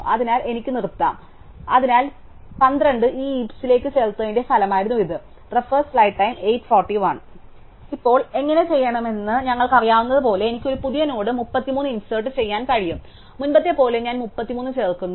അതിനാൽ എനിക്ക് നിർത്താം അതിനാൽ 12 ഈ ഹീപ്സിലേക്ക് ചേർത്തതിന്റെ ഫലമായിരുന്നു ഇത് ഇപ്പോൾ എങ്ങനെ ചെയ്യണമെന്ന് ഞങ്ങൾക്കറിയാവുന്നതുപോലെ എനിക്ക് ഒരു പുതിയ നോഡ് 33 ഇന്സേര്ട് ചെയ്യാൻ കഴിയും മുമ്പത്തെപ്പോലെ ഞാൻ 33 ചേർക്കുന്നു